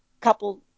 couple